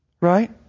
right